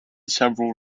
several